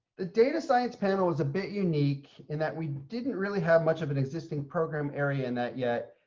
the data science panel is a bit unique in that we didn't really have much of an existing program area in that yet.